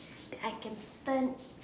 that I can turn